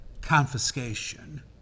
Confiscation